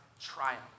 triumph